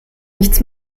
nichts